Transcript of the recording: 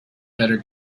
better